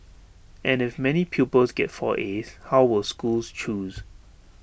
and if many pupils get four as how will schools choose